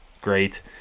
Great